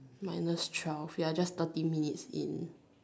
minus twelve ya just thirty minute in